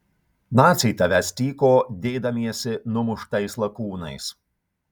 naciai tavęs tyko dėdamiesi numuštais lakūnais